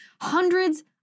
Hundreds